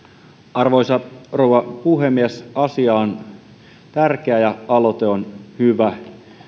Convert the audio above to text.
arvoisa rouva puhemies asia on tärkeä ja aloite on hyvä